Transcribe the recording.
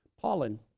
pollen